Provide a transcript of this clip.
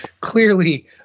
clearly